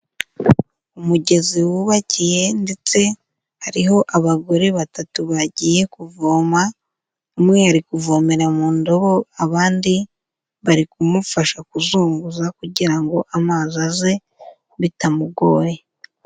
Umugezi wubakiye, ndetse hariho abagore batatu bagiye kuvoma, umwe ari kuvomera kuvomera mu ndobo, abandi bari kumufasha kuzunguza kugira ngo amazi aze bitamugoye.